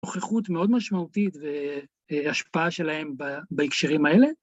נוכחות מאוד משמעותית והשפעה שלהם בהקשרים האלה.